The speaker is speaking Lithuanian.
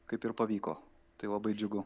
kaip ir pavyko tai labai džiugu